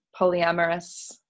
polyamorous